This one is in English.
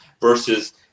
versus